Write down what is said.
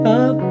up